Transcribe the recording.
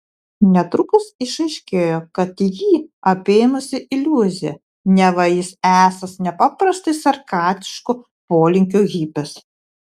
netrukus išaiškėjo kad jį apėmusi iliuzija neva jis esąs nepaprastai sarkastiškų polinkių hipis